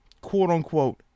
quote-unquote